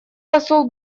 посол